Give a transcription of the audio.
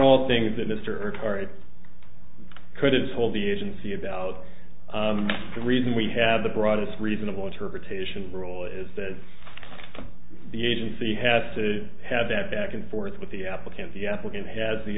all things that mr card couldn't hold the agency about the reason we have the broadest reasonable interpretation rule is that the agency has to have that back and forth with the applicant the applicant has the